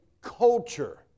culture